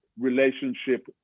relationship